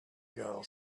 girl